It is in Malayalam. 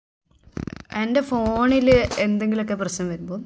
എൻ്റെ ഫോണിൽ എന്തെങ്കിലുമൊക്കെ പ്രശ്നം വരുമ്പോൾ